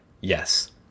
yes